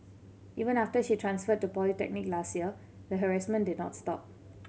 even after she transferred to polytechnic last year the harassment did not stop